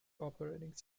operating